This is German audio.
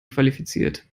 qualifiziert